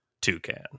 toucan